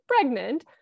pregnant